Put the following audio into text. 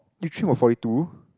was forty two